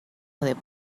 con